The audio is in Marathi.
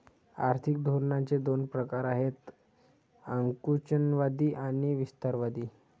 आर्थिक धोरणांचे दोन प्रकार आहेत आकुंचनवादी आणि विस्तारवादी